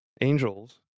angels